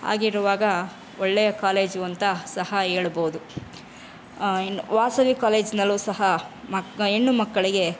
ಹಾಗಿರುವಾಗ ಒಳ್ಳೆಯ ಕಾಲೇಜು ಅಂತ ಸಹ ಹೇಳ್ಬೋದು ಇನ್ನು ವಾಸವಿ ಕಾಲೇಜಿನಲ್ಲೂ ಸಹ ಮಕ್ಕ ಹೆಣ್ಣು ಮಕ್ಕಳಿಗೆ